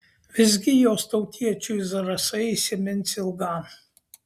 visgi jos tautiečiui zarasai įsimins ilgam